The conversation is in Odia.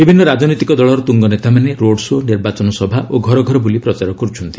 ବିଭିନ୍ନ ରାଜନୈତିକ ଦଳର ତୁଙ୍ଗ ନେତାମାନେ ରୋଡ୍ ଶୋ' ନିର୍ବାଚନ ସଭା ଓ ଘର ଘର ବୁଲି ପ୍ରଚାର କରୁଛନ୍ତି